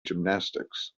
gymnastics